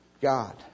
God